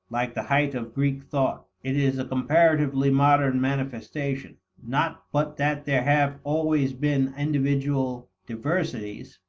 like the height of greek thought, it is a comparatively modern manifestation. not but that there have always been individual diversities,